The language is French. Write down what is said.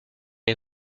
les